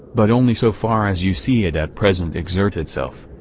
but only so far as you see it at present exert itself.